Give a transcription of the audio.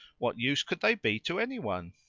what use could they be to any one?